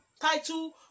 title